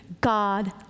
God